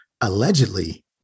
allegedly